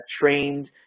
trained